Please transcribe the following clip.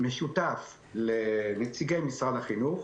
משותף לנציגי משרד החינוך,